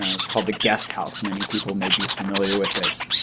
ah it's called the guest house. many people may be familiar with this.